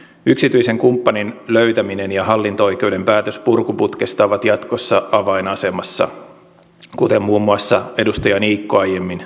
yksityisen kumppanin löytäminen ja hallinto oikeuden päätös purkuputkesta ovat jatkossa avainasemassa kuten muun muassa edustaja niikko aiemmin totesi